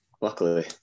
Luckily